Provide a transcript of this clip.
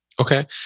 Okay